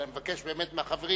אבל אני מבקש מהחברים,